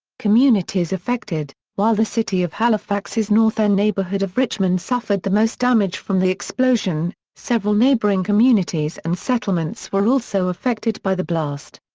communities affected while the city of halifax's north end neighbourhood of richmond suffered the most damage from the explosion, several neighbouring communities and settlements were also affected by the blast.